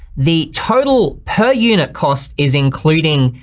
the total per unit cost is including,